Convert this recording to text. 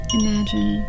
imagine